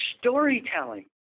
storytelling